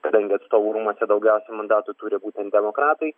kadangi atstovų rūmuose daugiausia mandatų turi būtent demokratai